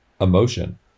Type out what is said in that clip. emotion